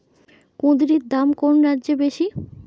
কুঁদরীর দাম কোন রাজ্যে বেশি?